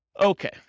Okay